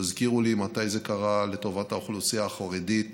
תזכירו לי מתי זה קרה לטובת האוכלוסייה החרדית